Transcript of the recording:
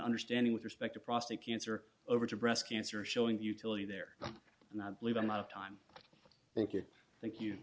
understanding with respect to prostate cancer over to breast cancer showing the utility there and i believe i'm out of time thank you thank you